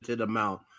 amount